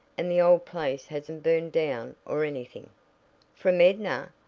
and the old place hasn't burned down, or anything from edna?